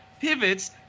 pivots